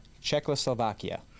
Czechoslovakia